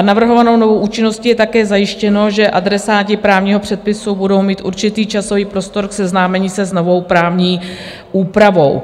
Navrhovanou novou účinností je také zajištěno, že adresáti právního předpisu budou mít určitý časový prostor k seznámení se s novou právní úpravou.